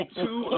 two